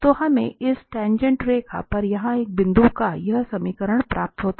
तो हमें इस टाँगेँट रेखा पर यहां एक बिंदु का यह समीकरण प्राप्त होता है